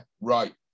right